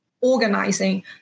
organizing